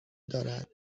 دارد